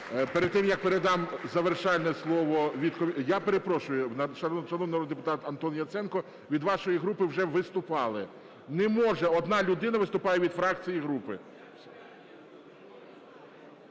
Перед тим, як передам завершальне слово від комітету… Я перепрошую, шановний народний депутат Антон Яценко, від вашої групи вже виступали. Не може, одна людина виступає від фракції і групи.